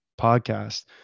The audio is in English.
podcast